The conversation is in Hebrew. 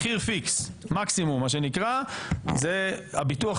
חוץ מחוזר המנכ"ל הזה, האם יש ביטוח